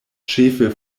ĉefe